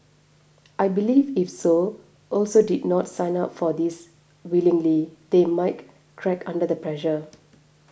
I believe if so also did not sign up for this willingly they might crack under the pressure